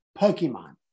Pokemon